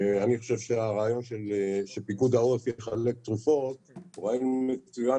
אני חושב שהרעיון שפיקוד העורף יחלק תרופות הוא רעיון מצוין.